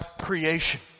creation